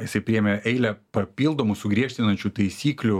jisai priėmė eilę papildomų sugriežtinančių taisyklių